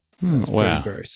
Wow